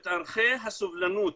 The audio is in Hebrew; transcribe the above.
את ערכי הסובלנות,